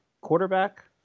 quarterback